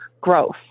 growth